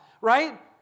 right